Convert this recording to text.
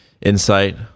insight